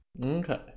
Okay